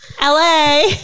LA